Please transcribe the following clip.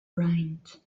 rind